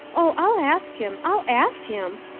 oh i'll ask him i'll ask him,